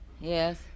Yes